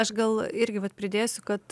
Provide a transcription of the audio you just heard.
aš gal irgi vat pridėsiu kad